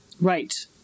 right